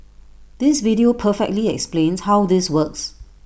this video perfectly explains how this works